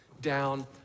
down